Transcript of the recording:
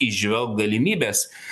įžvelgt galimybes